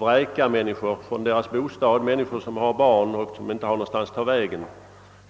vräka andra människor från deras bostad, människor som har barn och som inte har någonstans att ta vägen.